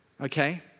okay